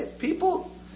People